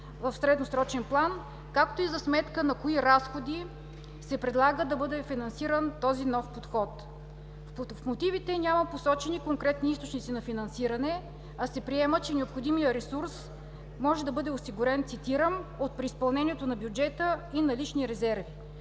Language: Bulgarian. в средносрочен план, както и за сметка на кои разходи се предлага да бъде финансиран този нов подход. В мотивите няма посочени конкретни източници на финансиране, а се приема, че необходимият ресурс може да бъде осигурен, цитирам „от преизпълнението на бюджета и налични резерви“.